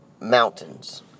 mountains